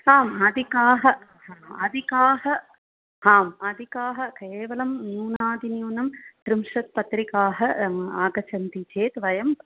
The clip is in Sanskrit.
आम् अधिका अधिका आम् अधिका केवलं न्यूनातिन्यूनं त्रिंशत् पत्रिका आगच्छन्ति चेत् वयम्